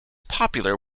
popular